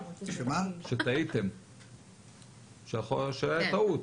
שזאת הייתה טעות.